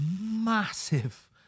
massive